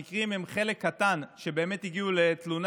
המקרים האלה הם החלק הקטן שבאמת הגיעו לתלונה,